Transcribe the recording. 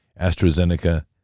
AstraZeneca